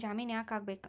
ಜಾಮಿನ್ ಯಾಕ್ ಆಗ್ಬೇಕು?